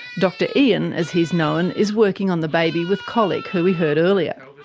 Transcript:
dr ian, as he's known, is working on the baby with colic, who we heard earlier.